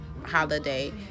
holiday